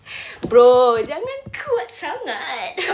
bro jangan kuat sangat